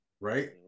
right